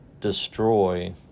destroy